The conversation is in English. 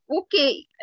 okay